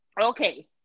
Okay